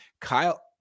Kyle